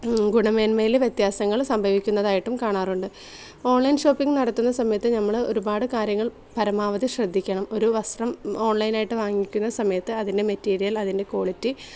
ഗുണമേന്മയിൽ വ്യത്യാസങ്ങൾ സംഭവിക്കുന്നതായിട്ടും കാണാറുണ്ട് ഓൺലൈൻ ഷോപ്പിങ് നടത്തുന്ന സമയത്ത് നമ്മൾ ഒരുപാട് കാര്യങ്ങൾ പരമാവധി ശ്രദ്ധിക്കണം ഒരു വസ്ത്രം ഓൺലൈൻ ആയിട്ട് വാങ്ങിക്കുന്ന സമയത്ത് അതിനെ മെറ്റീരിയൽ അതിൻ്റെ കോളിറ്റി